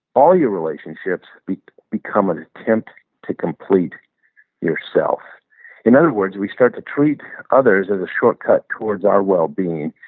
all your relationships become an attempt to complete yourself in other words, we start to treat others as a shortcut towards our well-being.